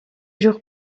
jours